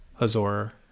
Azor